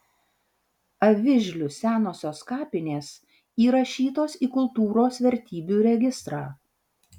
avižlių senosios kapinės įrašytos į kultūros vertybių registrą